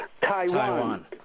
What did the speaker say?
Taiwan